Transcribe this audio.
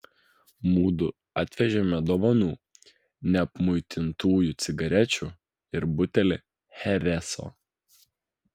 mudu atvežėme dovanų neapmuitintųjų cigarečių ir butelį chereso